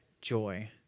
joy